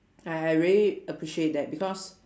I I really appreciate that because